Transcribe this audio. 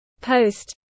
post